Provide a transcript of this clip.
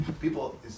people